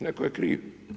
Netko je kriv?